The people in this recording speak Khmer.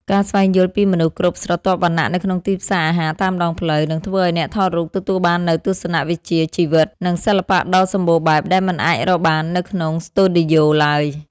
ការស្វែងយល់ពីមនុស្សគ្រប់ស្រទាប់វណ្ណៈនៅក្នុងទីផ្សារអាហារតាមដងផ្លូវ នឹងធ្វើឱ្យអ្នកថតរូបទទួលបាននូវទស្សនវិជ្ជាជីវិត និងសិល្បៈដ៏សម្បូរបែបដែលមិនអាចរកបាននៅក្នុងស្ទូឌីយោឡើយ។